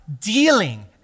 dealing